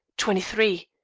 twenty-three!